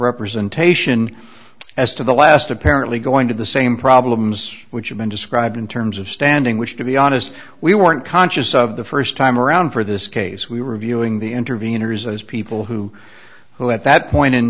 representation as to the last apparently going to the same problems which have been described in terms of standing which to be honest we weren't conscious of the first time around for this case we were reviewing the intervenors as people who who at that point in